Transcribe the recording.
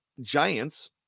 Giants